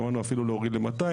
שמענו אפילו להוריד ל-200,